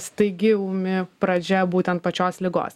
staigi ūmi pradžia būtent pačios ligos